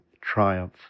triumph